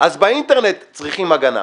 אז באינטרנט צריכים הגנה.